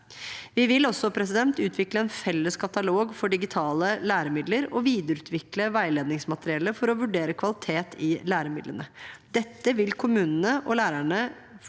Vi vil også utvikle en felles katalog for digitale læremidler og videreutvikle veiledningsmateriellet for å vurdere kvalitet i læremidlene. Med dette vil kommunene og lærerne